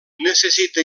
necessita